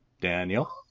Daniel